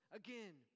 again